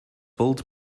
built